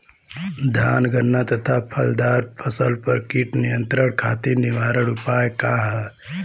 धान गन्ना तथा फलदार फसल पर कीट नियंत्रण खातीर निवारण उपाय का ह?